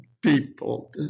people